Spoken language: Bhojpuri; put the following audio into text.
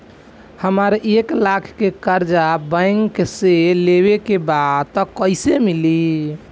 हमरा एक लाख के कर्जा बैंक से लेवे के बा त कईसे मिली?